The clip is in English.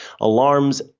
alarms